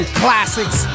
classics